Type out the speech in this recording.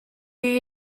you